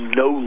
no